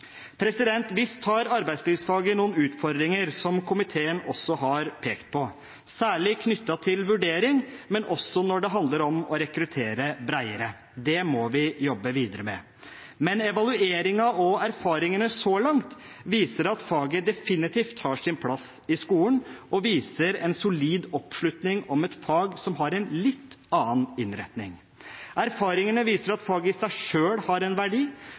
arbeidslivsfaget noen utfordringer, som komiteen også har pekt på. De er særlig knyttet til vurdering, men det handler også om å kunne rekruttere bredere. Det må vi jobbe videre med. Men evalueringen og erfaringene så langt viser at faget definitivt har sin plass i skolen og viser en solid oppslutning om et fag som har en litt annen innretning. Erfaringene viser at faget i seg selv har en verdi,